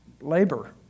labor